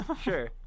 Sure